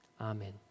Amen